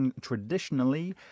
traditionally